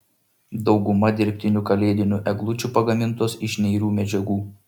dauguma dirbtinių kalėdinių eglučių pagamintos iš neirių medžiagų